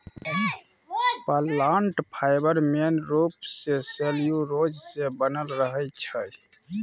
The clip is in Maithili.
प्लांट फाइबर मेन रुप सँ सेल्युलोज सँ बनल रहै छै